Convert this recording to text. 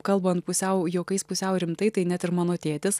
kalbant pusiau juokais pusiau rimtai tai net ir mano tėtis